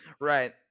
right